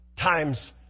times